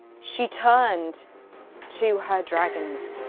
she turned to her dragons,